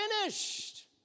finished